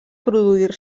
produir